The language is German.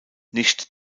nicht